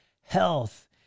health